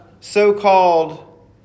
so-called